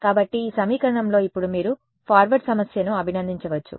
కాబట్టి ఈ సమీకరణంలో ఇప్పుడు మీరు ఫార్వర్డ్ సమస్యను అభినందించవచ్చు